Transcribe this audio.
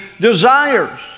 desires